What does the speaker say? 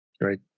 Great